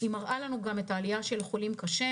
היא מראה לנו גם את העלייה של החולים קשה.